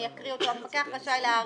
אני אקרא אותו: "המפקח רשאי להאריך,